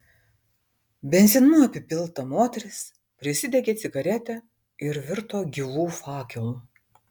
benzinu apipilta moteris prisidegė cigaretę ir virto gyvu fakelu